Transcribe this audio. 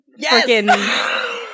freaking